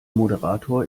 moderator